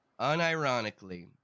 unironically